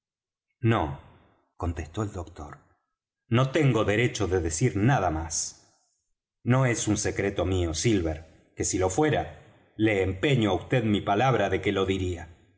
no contestó el doctor no tengo derecho de decir nada más no es un secreto mío silver que si lo fuera le empeño á vd mi palabra de que lo diría